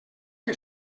que